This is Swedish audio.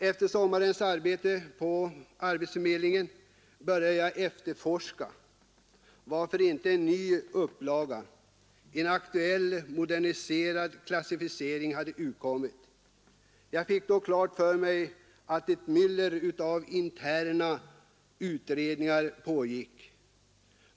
Efter sommarens arbete på arbetsförmedlingen började jag efterforska varför inte en ny upplaga, en aktuell och moderniserad klassificering har utkommit. Jag fick då klart för mig att ett myller av ”interna utredningar” pågick.